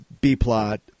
B-plot